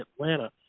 atlanta